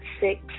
six